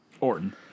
Orton